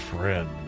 friend